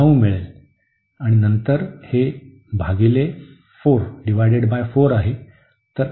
तर आपल्याला 9 मिळेल आणि नंतर हे भागिले 4 आहे